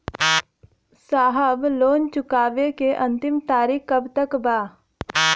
साहब लोन चुकावे क अंतिम तारीख कब तक बा?